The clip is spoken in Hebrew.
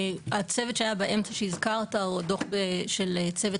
הצוות שהיה באמצע שהזכרת או דוח של צוות